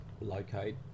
locate